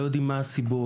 לא יודעים מה הסיבות,